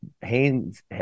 Haynes